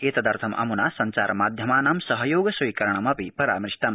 एतदर्थमम्ना संचारमाध्यमानां सहयोग स्वीकरणमपि परामृष्टम्